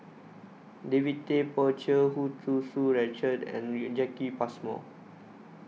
David Tay Poey Cher Hu Chew Tsu Richard and Jacki Passmore